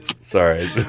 Sorry